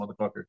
motherfucker